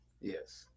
yes